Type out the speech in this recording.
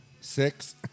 six